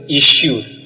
issues